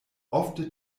ofte